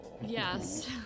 Yes